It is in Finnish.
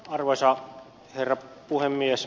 arvoisa herra puhemies